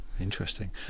Interesting